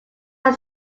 are